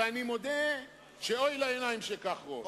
ואני מודה שאוי לעיניים שכך רואות.